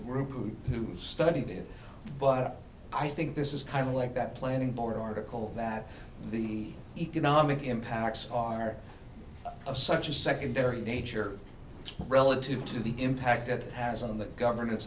group who studied it but i think this is kind of like that planning board article that the economic impacts are of such a secondary nature relative to the impact it has on the governance